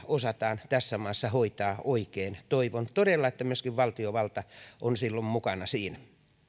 osataan tässä maassa hoitaa oikein toivon todella että myöskin valtiovalta on silloin mukana siinä